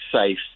safe